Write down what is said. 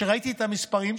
כשראיתי את המספרים,